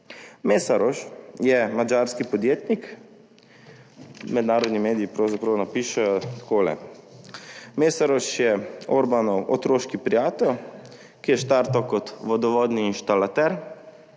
Meszaros je madžarski podjetnik, mednarodni mediji pravzaprav napišejo takole: Meszaros je Orbanov otroški prijatelj, ki je štartal kot vodovodni inštalater,